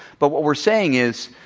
but what we're saying is,